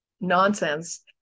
nonsense